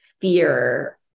fear